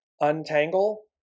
untangle